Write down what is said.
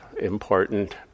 important